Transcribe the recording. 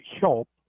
help